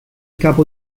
capo